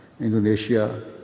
Indonesia